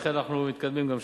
לכן, אנחנו מתקדמים גם שם.